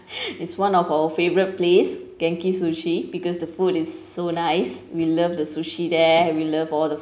it's one of our favourite place genki sushi because the food is so nice we love the sushi there we love all the